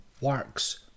works